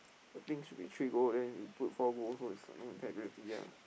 the thing should be three goal then you put four goal so it's no integrity ah